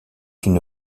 une